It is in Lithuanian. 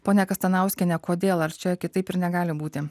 ponia kastanauskiene kodėl ar čia kitaip ir negali būti